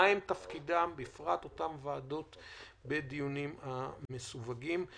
בפרט אותן ועדות בדיונים המסווגים.